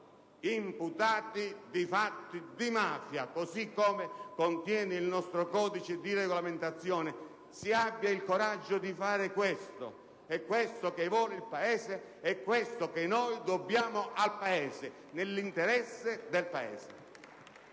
imputati di fatti di mafia, così come prevede il nostro codice di regolamentazione. Si abbia il coraggio di fare questo. È questo che vuole il Paese, è questo che noi dobbiamo al Paese, nell'interesse del Paese.